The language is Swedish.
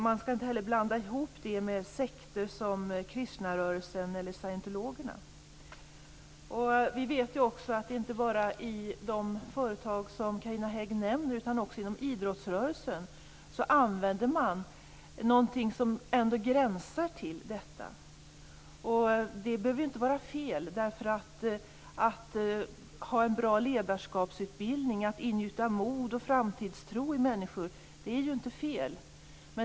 Man skall inte blanda ihop detta med sekter som Krishnarörelsen eller Scientologerna. Vi vet också att det inte bara är i de företag som Carina Hägg nämner utan att man också inom idrottsrörelsen använder något som gränsar till detta. Det behöver inte vara fel. En bra ledarskapsutbildning, att ingjuta mod och framtidstro i människor, är inte fel.